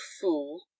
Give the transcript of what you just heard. fool